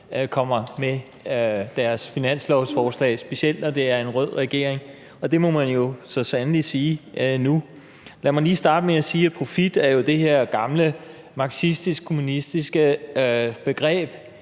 kommer med deres finanslovsforslag, specielt når vi har en rød regering, og det må man jo så sandelig sige at vi har nu. Lad mig lige starte med at sige, at profit jo er det her gamle marxistisk-kommunistiske begreb,